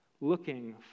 looking